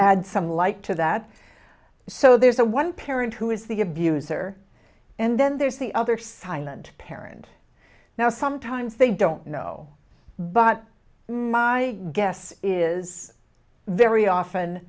add some like to that so there's a one parent who is the abuser and then there's the other silent parent now sometimes they don't know but my guess is very often